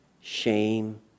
shame